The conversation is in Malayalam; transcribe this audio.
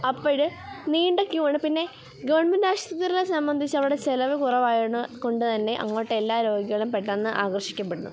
അപ്പം നീണ്ട ക്യൂ ആണ് പിന്നെ ഗവണ്മെൻറ് ആശുപത്രികളെ സംബന്ധിച്ച് അവിടെ ചിലവ് കുറവായതുകൊണ്ട് കൊണ്ട് തന്നെ അങ്ങോട്ട് എല്ലാ രോഗികളും പെട്ടെന്ന് ആകർഷിക്കപ്പെടുന്നു